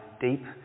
deep